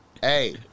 hey